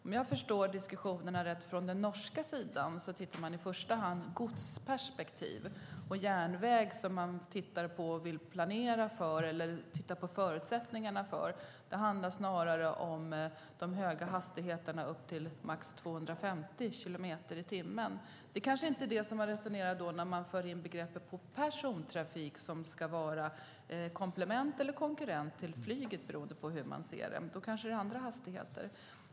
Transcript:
Om jag förstår diskussionerna rätt tittar man på den norska sidan i första hand på godstrafik på järnväg, som man vill planera för och se på förutsättningarna för. Det handlar snarast om de höga hastigheterna upp till max 250 kilometer i timmen. Det kanske inte är det man menar när man resonerar om persontrafik på järnväg som komplement eller konkurrent till flyget, beroende på hur man ser det. Då kanske det är andra hastigheter.